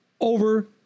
over